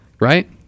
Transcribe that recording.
right